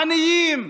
עניים,